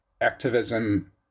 activism